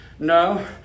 No